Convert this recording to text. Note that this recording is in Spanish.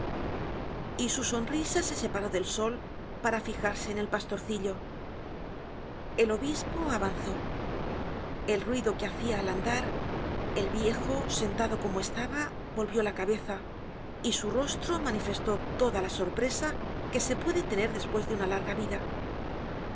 y su sonrisa se separó del sol para fijarse en el pastorcillo el obispo avanzó al ruido que hacia al andar el viejo sentado como estaba volvió la cabeza y su rostro manifestó toda la sorpresa que se puede tener despues de una larga vida